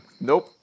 Nope